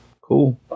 Cool